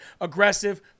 aggressive